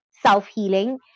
self-healing